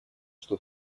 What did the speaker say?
что